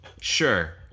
Sure